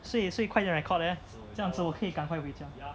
所以所以快点 record leh 这样子我可以赶快回家